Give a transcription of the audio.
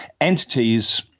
entities